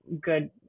good